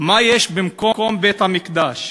מה יש במקום בית-המקדש?